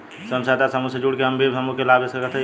स्वयं सहायता समूह से जुड़ के हम भी समूह क लाभ ले सकत हई?